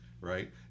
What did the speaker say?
right